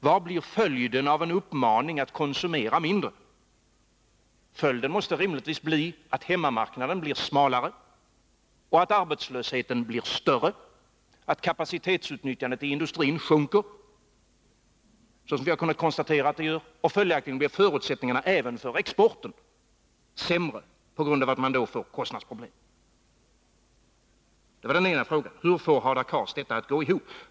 Vad blir följden av en uppmaning att konsumera mindre? Följden måste rimligtvis bli att hemmamarknaden blir smalare och att arbetslösheten blir större, att kapacitetsutnyttjandet i industrin sjunker, såsom vi har kunnat konstatera att det gör. Följaktligen blir förutsättningarna även för exporten sämre på grund av att man då får kostnadsproblem. Hur får Hadar Cars detta att gå ihop?